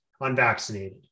unvaccinated